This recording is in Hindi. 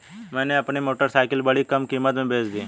मैंने अपनी मोटरसाइकिल बड़ी कम कीमत में बेंच दी